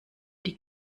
die